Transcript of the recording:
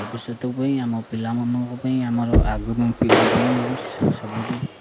ଭବିଷ୍ୟତ ପାଇଁ ଆମ ପିଲାମାନଙ୍କ ପାଇଁ ଆମର ଆଗ ପାଇଁ ପିଢ଼ି ପାଇଁ ବି ସବୁଠାରୁ